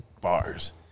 bars